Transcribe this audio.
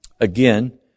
Again